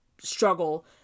struggle